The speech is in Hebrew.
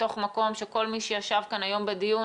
מתוך מקום שכל מי שישב כאן היום בדיון